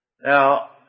Now